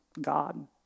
God